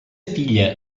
filla